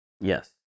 yes